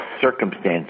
circumstances